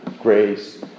grace